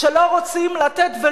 שלא רוצים לתת,